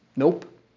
Nope